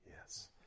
Yes